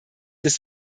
des